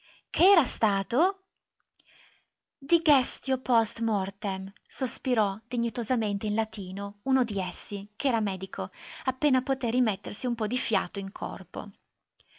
che era stato digestio post mortem sospirò dignitosamente in latino uno di essi ch'era medico appena poté rimettersi un po di fiato in corpo